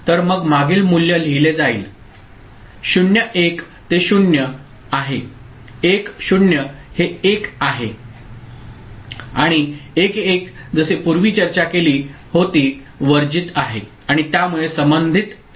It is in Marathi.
तर मग मागील मूल्य लिहिले जाईल 0 1 ते 0 आहे 1 0 हे 1 आहे आणि 1 1 जसे पूर्वी चर्चा केली होती वर्जित आहे आणि त्यामुळे संबंधित टायमिंग आकृती ठीक आहे